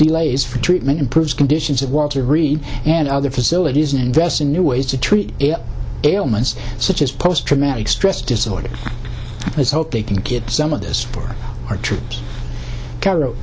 delays for treatment improves conditions at walter reed and other facilities and invest in new ways to treat ailments such as post traumatic stress disorder let's hope they can get some of this for our troops